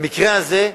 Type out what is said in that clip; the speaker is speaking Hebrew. במקרה הזה,